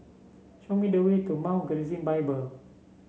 show me the way to Mount Gerizim Bible